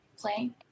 playing